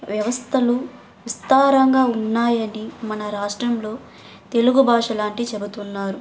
వ్యవస్థలు విస్తారంగా ఉన్నాయని మన రాష్ట్రంలో తెలుగు భాష లాంటి చెబుతున్నారు